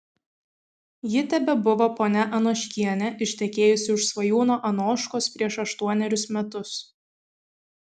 ji tebebuvo ponia anoškienė ištekėjusi už svajūno anoškos prieš aštuonerius metus